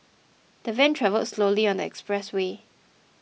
the van travelled slowly on the expressway